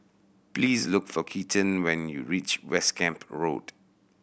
please look for Keaton when you reach West Camp Road